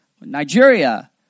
Nigeria